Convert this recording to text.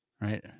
right